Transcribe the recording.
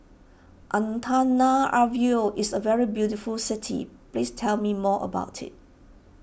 Antananarivo is a very beautiful city please tell me more about it